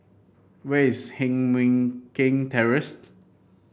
where is Heng Mui Keng Terrace